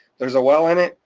there's a well in it,